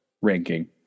ranking